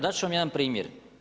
Dat ću vam jedan primjer.